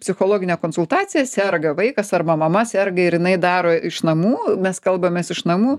psichologinę konsultaciją serga vaikas arba mama serga ir jinai daro iš namų mes kalbamės iš namų